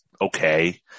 okay